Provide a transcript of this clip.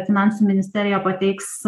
finansų ministerija pateiks